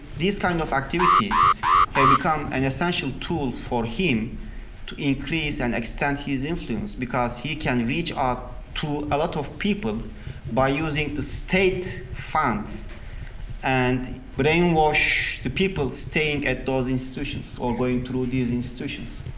these kinds of activities have become an essential tool for him to increase and extend his influence because he can reach out to a lot of people by using the state funds and brainwash the people staying at those institutions or going through these institutions.